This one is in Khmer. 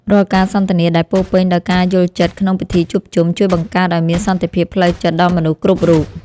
រាល់ការសន្ទនាដែលពោរពេញដោយការយល់ចិត្តក្នុងពិធីជួបជុំ ជួយបង្កើតឱ្យមានសន្តិភាពផ្លូវចិត្តដល់មនុស្សគ្រប់រូប។